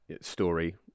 story